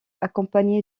accompagné